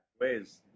ways